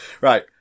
Right